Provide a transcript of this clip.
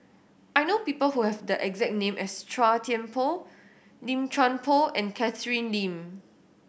I know people who have the exact name as Chua Thian Poh Lim Chuan Poh and Catherine Lim